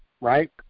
right